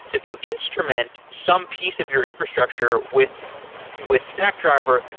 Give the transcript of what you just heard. if you instrument some piece of your infrastructure with with stackdriver,